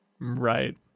Right